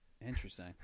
Interesting